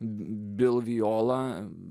dėl violą